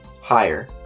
higher